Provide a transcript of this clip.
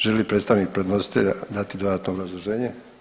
Želi li predstavnik podnositelja dati dodatno obrazloženje?